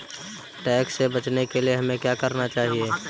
Tax से बचने के लिए हमें क्या करना चाहिए?